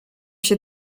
się